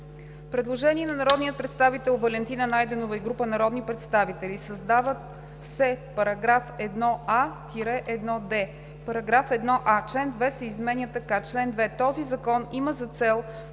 Предложение на народния представител Валентина Найденова и група народни представители: „Създават се § 1а – 1д: „§ 1а. Чл. 2 се изменя така: „Чл. 2. Този закон има за цел